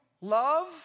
love